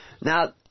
Now